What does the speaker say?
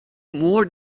more